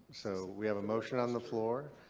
so we have a motion on the floor.